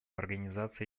организации